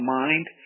mind